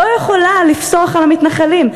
"לא יכולה לפסוח על המתנחלים.